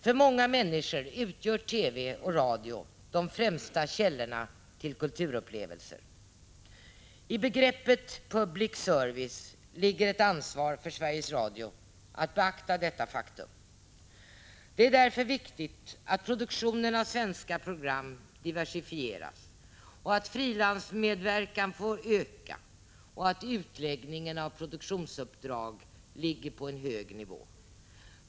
För många människor utgör TV och radio de främsta källorna till kulturupplevelser. I begreppet public service ligger ett ansvar för Sveriges Radio att beakta detta faktum. Det är därför viktigt att produktionen av svenska program diversifieras, att frilansmedverkan får öka och att utläggningen av produktionsuppdrag ligger på en hög nivå.